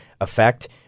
effect